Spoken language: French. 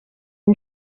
une